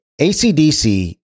ACDC